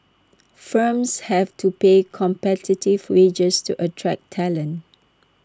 firms have to pay competitive wages to attract talent